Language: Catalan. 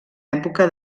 època